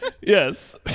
Yes